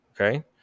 Okay